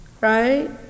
right